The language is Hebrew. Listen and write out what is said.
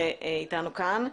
שנמצאת כאן אתנו.